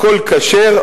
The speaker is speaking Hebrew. הכול כשר,